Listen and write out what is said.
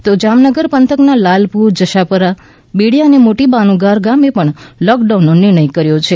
તો જામનગર પંથક ના લાલપુર જશાપર બેડીયા અને મોટી બાનુગાર ગામે પણ લોકડાઉનનો નિર્ણય કર્યો છે